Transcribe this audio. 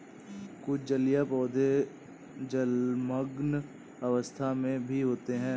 कुछ जलीय पौधे जलमग्न अवस्था में भी होते हैं